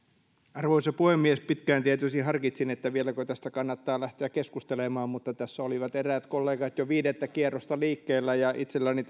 arvoisa puhemies pitkään tietysti harkitsin vieläkö tästä kannattaa lähteä keskustelemaan mutta tässä olivat eräät kollegat jo viidettä kierrosta liikkeellä ja itselläni